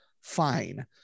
fine